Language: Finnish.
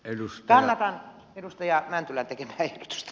kannatan edustaja mäntylän tekemää ehdotusta